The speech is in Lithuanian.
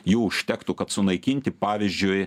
jų užtektų kad sunaikinti pavyzdžiui